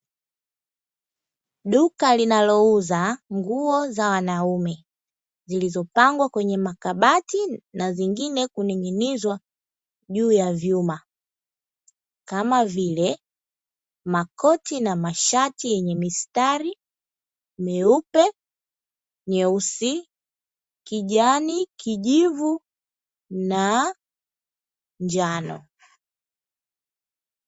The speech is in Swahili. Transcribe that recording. Duka linalouza nguo za wanaume zilizopangwa kwenye makabati na zingine kuning'inizwa juu ya vyuma kama vile makoti na mashati yenye mistari; meupe, myeusi, kijani, kijivu na njano.